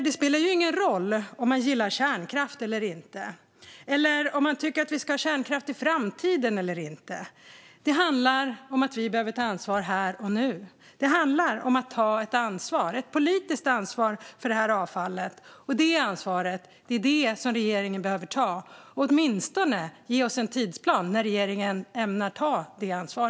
Det spelar ingen roll om man gillar kärnkraft eller inte, eller om man tycker att vi ska ha kärnkraft i framtiden eller inte. Det handlar om att vi behöver ta ansvar här och nu. Det handlar om att ta ett politiskt ansvar för detta avfall, och det ansvaret behöver regeringen ta och åtminstone ge oss en tidsplan för när regeringen ämnar ta detta ansvar.